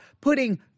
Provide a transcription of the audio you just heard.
putting